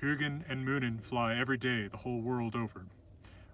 huginn and muninn fly every day the whole world over